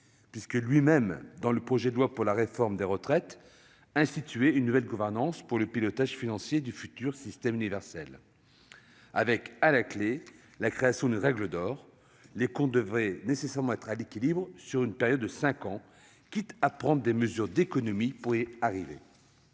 puisque, lui-même, dans le projet de loi instituant un système universel de retraite, prévoyait une nouvelle gouvernance pour le pilotage financier du futur système. Avec la création d'une règle d'or, les comptes devraient nécessairement être à l'équilibre sur une période de cinq ans, quitte à prendre des mesures d'économie pour y parvenir.